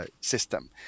System